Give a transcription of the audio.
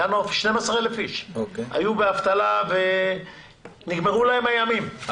12,000 איש היו באבטלה ונגמרו להם הימים,